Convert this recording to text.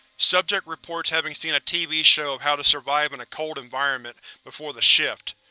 subject reports having seen a tv show of how to survive in a cold environment before the shift.